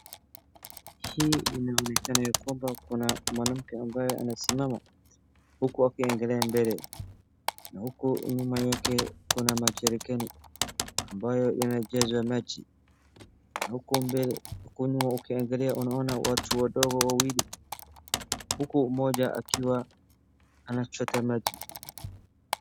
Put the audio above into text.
Hii inaonekana ya kwamba kuna mwanamke ambaye anasimama huku akingalia mbele na huku nyuma yake kuna ma jerican ambayo imejazwa maji, na huko nyuma ukiangalia unaona watu wadodgo wawili huku mmoja akiwa anachota maji.